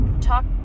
talk